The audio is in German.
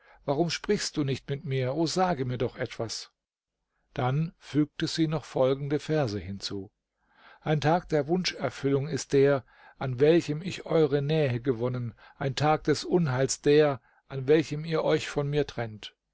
warum sprichst du nicht mit mir o sage mir doch etwas dann fügte sie noch folgende verse hinzu ein tag der wunscherfüllung ist der an welchem ich eure nähe gewonnen ein tag des unheils der an welchem ihr euch von mir trennt